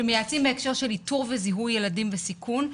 שמייעצים בהקשר של איתור וזיהוי ילדים בסיכון,